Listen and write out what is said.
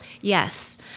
Yes